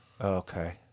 okay